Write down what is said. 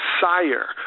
sire